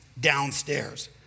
downstairs